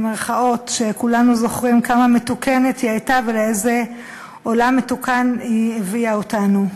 שכולנו זוכרים כמה מתוקנת היא הייתה ולאיזה עולם מתוקן היא הביאה אותנו.